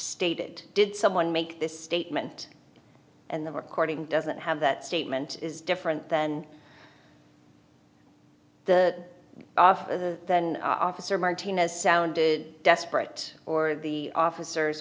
stated did someone make this statement and the recording doesn't have that statement is different then that after the then officer martinez sounded desperate or the officers